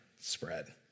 spread